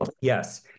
yes